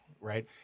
Right